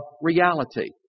reality